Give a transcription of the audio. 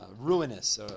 ruinous